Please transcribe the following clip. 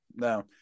No